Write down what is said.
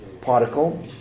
particle